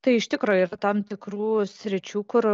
tai iš tikro yra tam tikrų sričių kur